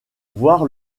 voir